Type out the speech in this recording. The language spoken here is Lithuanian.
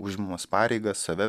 užimamas pareigas save